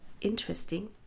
interesting